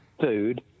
food